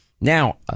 Now